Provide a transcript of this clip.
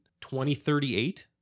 2038